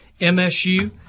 MSU